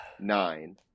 nine